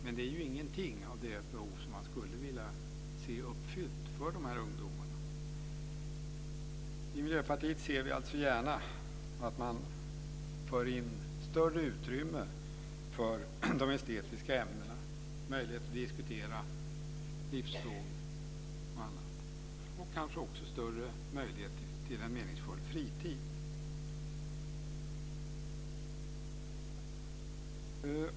Men det är ingenting mot de behov som man skulle vilja se uppfyllda för de här ungdomarna. I Miljöpartiet ser vi alltså gärna att man för in större utrymme för de estetiska ämnena, möjlighet att diskutera livsfrågor och annat och kanske också större möjlighet till en meningsfull fritid.